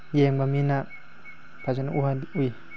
ꯌꯦꯡꯕ ꯃꯤꯅ ꯐꯖꯅ ꯎꯍꯜ ꯎꯨꯏ